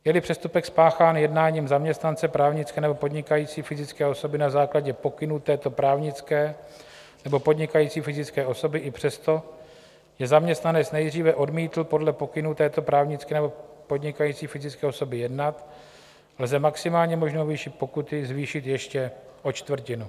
Jeli přestupek spáchán jednáním zaměstnance právnické nebo podnikající fyzické osoby na základě pokynů této právnické nebo podnikající fyzické osoby i přesto, že zaměstnanec nejdříve odmítl podle pokynů této právnické nebo podnikající fyzické osoby jednat, lze maximálně možnou výši pokuty zvýšit ještě o čtvrtinu.